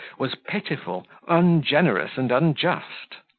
was pitiful, ungenerous, and unjust.